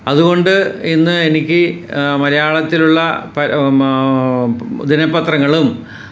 അതുകൊണ്ട് ഇന്ന് എനിക്ക് മലയാളത്തിലുള്ള ദിന പത്രങ്ങളും